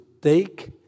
take